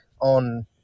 on